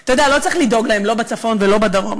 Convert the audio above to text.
אתה יודע, לא צריך לדאוג להם, לא בצפון ולא בדרום.